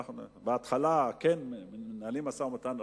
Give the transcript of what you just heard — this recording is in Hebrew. בהתחלה מקיימים משא-ומתן,